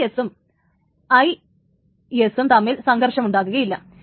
IS സും IS സും തമ്മിൽ സംഘർഷമുണ്ടാകുകയില്ല